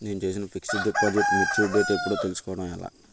నేను చేసిన fixed deposit mature date ఎప్పుడో తెల్సుకోవడం ఎలా?